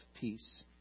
peace